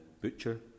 butcher